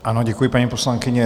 Ano, děkuji paní poslankyně.